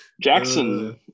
Jackson